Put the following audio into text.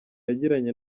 yagiranye